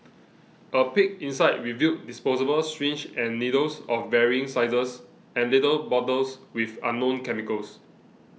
a peek inside revealed disposable syringes and needles of varying sizes and little bottles with unknown chemicals